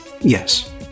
yes